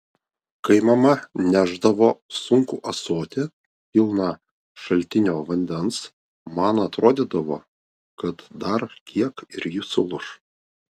kai mama nešdavo sunkų ąsotį pilną šaltinio vandens man atrodydavo kad dar kiek ir ji sulūš